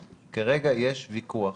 כרגע יש ויכוח